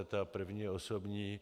Ta první je osobní.